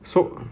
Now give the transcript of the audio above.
so